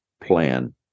plan